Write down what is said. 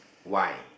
why